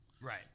right